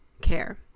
care